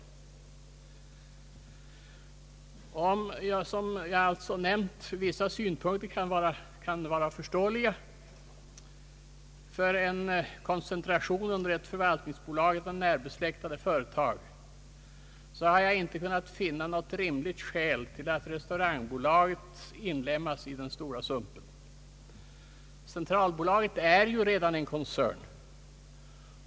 Om det, som jag nämnt, ur vissa synpunkter kan vara förståeligt med ett önskemål om koncentration av närbesläktade företag under ett förvaltningsbolag, så har jag inte kunnat finna något rimligt skäl till att Restaurangbo laget inlemmas i »den stora sumpen». Centralbolaget är redan nu en koncern.